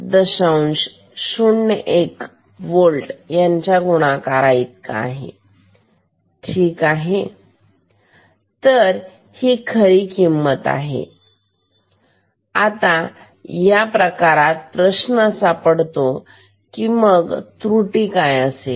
01 होल्ट यांचा गुणाकार इतका आहे ठीक आहे तर ही खरी किंमत आहे आता या प्रकारात प्रश्न असा पडतो की मग त्रुटी काय असेल